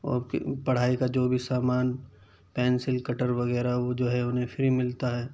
اور پڑھائی کا جو بھی سامان پینسل کٹر وغیرہ وہ جو ہے انہیں فری ملتا ہے